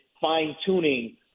fine-tuning